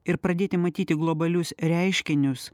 ir pradėti matyti globalius reiškinius